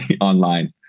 online